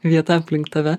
vieta aplink tave